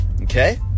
Okay